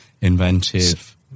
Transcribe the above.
inventive